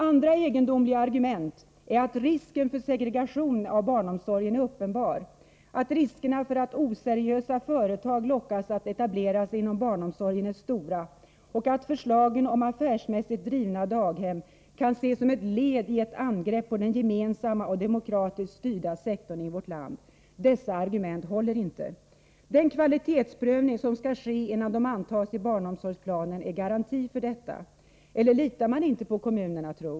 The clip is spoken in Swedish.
Andra egendomliga argument är att risken för segregation av barnomsorgen är uppenbar, att riskerna för att oseriösa företag lockas att etablera sig inom barnomsorgen är stora och att förslagen om affärsmässigt drivna daghem kan ses som ett led i ett angrepp på den gemensamma och demokratiskt styrda sektorn i vårt land. Dessa argument håller inte. Den kvalitetsprövning som skall ske innan daghemmen antas i barnomsorgsplanen är garanti för detta. Eller litar man inte på kommunerna, tro?